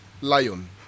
lion